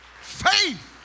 Faith